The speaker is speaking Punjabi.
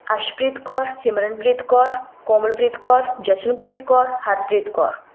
ਅਰਸ਼ਪ੍ਰੀਤ ਕੌਰ ਸਿਮਰਨਪ੍ਰੀਤ ਕੌਰ ਕੋਮਲਪ੍ਰੀਤ ਕੌਰ ਜਸ਼ਨਪ੍ਰੀਤ ਕੌਰ ਹਰਪ੍ਰੀਤ ਕੌਰ